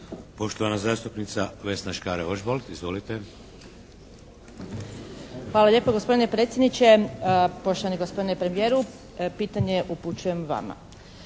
Poštovana zastupnica Vesna Škare Ožbolt. Izvolite. **Škare Ožbolt, Vesna (DC)** Hvala lijepa gospodine predsjedniče. Poštovani gospodine premijeru pitanje upućujem vama.